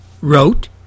wrote